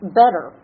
better